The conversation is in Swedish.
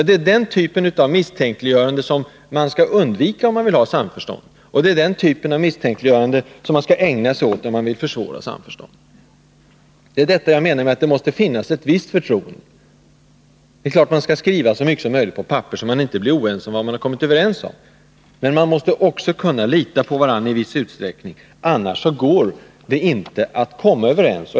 Det är den typ av misstänkliggörande som man skall undvika om man vill ha samförstånd, och det är den typ av misstänkliggörande som man skall ägna sig åt om man vill försvåra samförståndet. Jag menar alltså att det måste finnas ett visst förtroende. Det är klart att man skall skriva så mycket som möjligt på papper, så att man inte blir oense om vad man kommit överens om. Men vi måste också kunna lita på varandra i viss utsträckning — annars går det inte att komma överens.